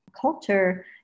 culture